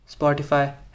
Spotify